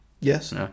yes